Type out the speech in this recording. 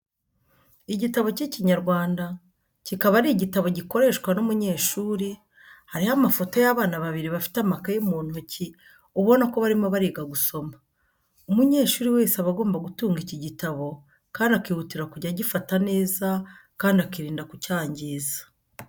Igitabo cy'Ikinyarwanda, kikaba ari igitabo gikoreshwa n'umunyeshuri, hariho amafoto y'abana babiri bafite amakaye mu ntoki ubona ko barimo bariga gusoma. Umunyeshuri wese aba agomba gutunga iki gitabo kandi akihutira kujya agifata neza kandi akirinda kucyangiza.